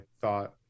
thought